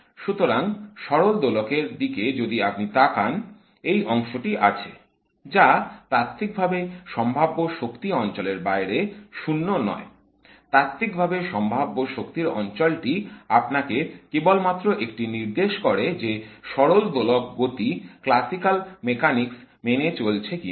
সুতরাং সরল দোলকের দিকে যদি আপনি তাকান এই অংশটি আছে যা তাত্ত্বিক ভাবে সম্ভাব্য শক্তি অঞ্চলের বাইরে শূন্য নয় তাত্ত্বিকভাবে সম্ভাব্য শক্তির অঞ্চলটি আপনাকে কেবলমাত্র এটি নির্দেশ করে যে সরল দোলক গতি ক্লাসিকাল মেকানিক্স মেনে চলছে কিনা